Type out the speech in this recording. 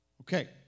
Okay